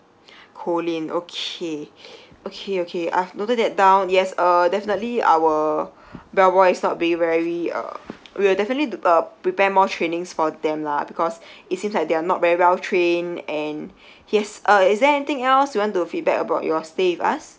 colin okay okay okay I've noted that down yes uh definitely our bellboy is not being very uh we'll definitely d~ uh prepare more trainings for them lah because it seems like they're not very well trained and yes uh is there anything else you want to feedback about your stay with us